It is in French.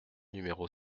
numéro